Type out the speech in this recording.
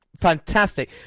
fantastic